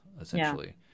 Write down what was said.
essentially